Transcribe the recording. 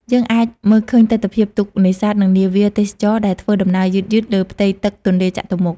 យើងអាចមើលឃើញទិដ្ឋភាពទូកនេសាទ និងនាវាទេសចរណ៍ដែលធ្វើដំណើរយឺតៗលើផ្ទៃទឹកទន្លេចតុមុខ។